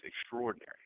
extraordinary